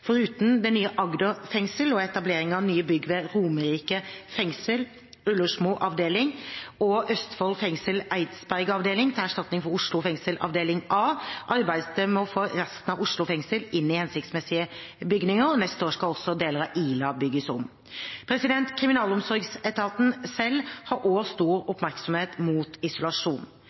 Foruten det nye Agder fengsel og etableringen av nye bygg ved Romerike fengsel Ullersmo avdeling og Østfold fengsel Eidsberg avdeling til erstatning for Oslo fengsel avdeling A, arbeides det med å få resten av Oslo fengsel inn i hensiktsmessige bygninger. Neste år skal også deler av Ila bygges om. Kriminalomsorgsetaten selv har også stor oppmerksomhet mot isolasjon.